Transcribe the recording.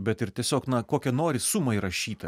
bet ir tiesiog na kokią nori sumą įrašytą